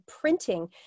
printing